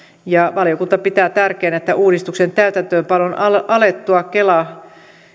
valiokunta pitää tärkeänä että uudistuksen täytäntöönpanon alettua